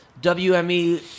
WME